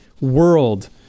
world